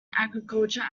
agriculture